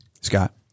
Scott